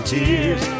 Tears